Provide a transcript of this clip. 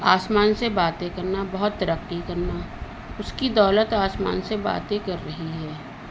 آسمان سے باتیں کرنا بہت ترقی کرنا اس کی دولت آسمان سے باتیں کر رہی ہے